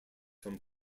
from